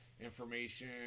information